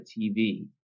TV